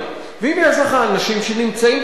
ואם יש לך אנשים שנמצאים פה בארץ,